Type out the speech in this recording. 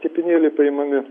tepinėliai paimami